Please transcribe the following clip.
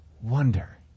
wonder